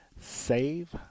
save